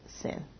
sin